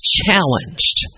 challenged